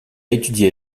étudié